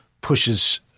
pushes